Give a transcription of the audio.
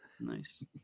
Nice